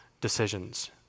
decisions